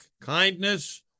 kindness